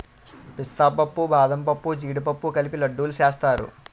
పిస్తా పప్పు బాదంపప్పు జీడిపప్పు కలిపి లడ్డూలు సేస్తారు